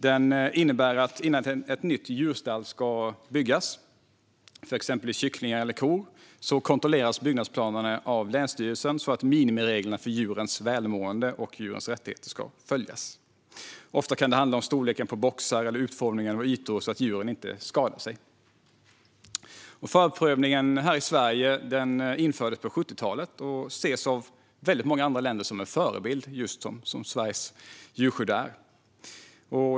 Den innebär att innan ett nytt djurstall ska byggas för exempelvis kycklingar eller kor kontrolleras byggnadsplanerna av länsstyrelsen så att minimireglerna för djurens välmående och rättigheter ska följas. Ofta kan det handla om storleken på storleken på boxar eller utformningen av ytor så att djuren inte skadar sig. Förprövningen här i Sverige infördes på 70-talet och ses av väldigt många andra länder som en förebild, just som Sveriges djurskydd är.